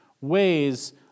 ways